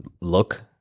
look